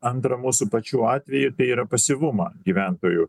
antra mūsų pačių atveju tai yra pasyvumą gyventojų